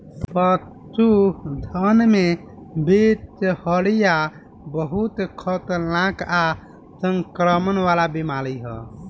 पशुधन में बिषहरिया बहुत खतरनाक आ संक्रमण वाला बीमारी ह